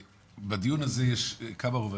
בדיון הזה יש כמה רבדים,